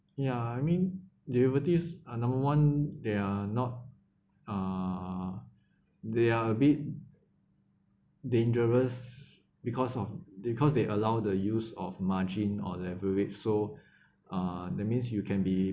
ya I mean derivatives ah number one they are not uh they are a bit dangerous because of because they allow the use of margin or leverage so uh that means you can be